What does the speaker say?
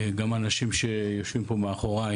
גם האנשים שיושבים פה מאחוריי